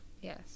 Yes